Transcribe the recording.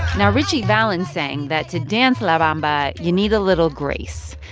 now ritchie valens sang that to dance la bamba, you need a little grace.